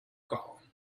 gall